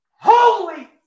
Holy